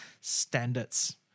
standards